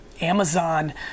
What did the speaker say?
Amazon